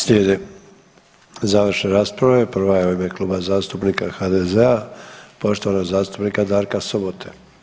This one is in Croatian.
Slijede završne rasprave, prva je u ime Kluba zastupnika HDZ-a, poštovanog zastupnika Darka Sobote.